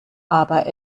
aber